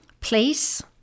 Place